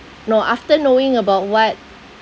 know after knowing about what